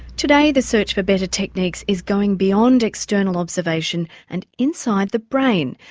today the search for better techniques is going beyond external observation and inside the brain,